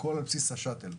הכול על בסיס השאט"ל.